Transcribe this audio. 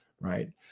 right